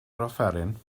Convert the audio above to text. offeryn